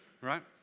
right